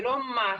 לא מס.